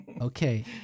Okay